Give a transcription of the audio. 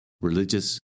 religious